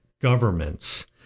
governments